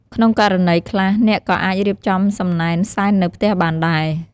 ក្នុងករណីខ្លះ អ្នកក៏អាចរៀបចំសំណែនសែននៅផ្ទះបានដែរ។